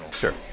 sure